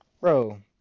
Bro